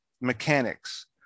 Mechanics